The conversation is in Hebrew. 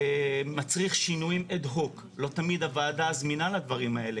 בניתם מוצר, צריך שאנשים יגיעו למוצר הזה.